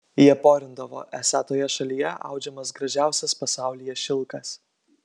jie porindavo esą toje šalyje audžiamas gražiausias pasaulyje šilkas